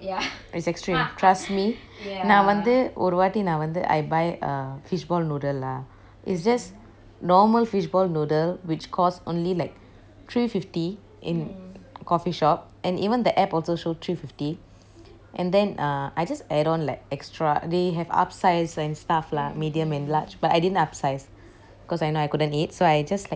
ya it's extreme trust me நான் வந்து ஒரு வாத்தி நான் வந்து:naan vanthu oru vaathi naan vanthu I buy uh fishball noodle lah it's just normal fishball noodle which costs only like three fifty in coffeeshop and even the app also show three fifty and then err I just add on like extra they have upsize and stuff lah medium and large but I didn't upsize cause I know I couldn't eat so I just